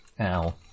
Ow